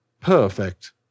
Perfect